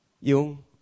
yung